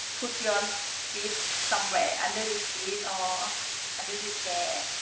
put your feet somewhere under the seat or under the chair.